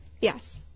Yes